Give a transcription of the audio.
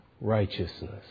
righteousness